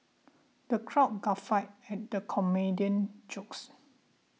the crowd guffawed at the comedian jokes